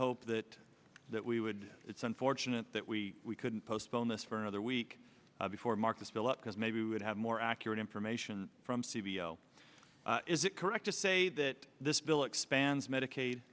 hope that that we would it's unfortunate that we could postpone this for another week before marcus philip because maybe we would have more accurate information from cvo is it correct to say that this bill expands medicaid